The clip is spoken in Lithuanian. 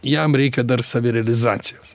jam reikia dar savirealizacijos